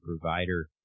provider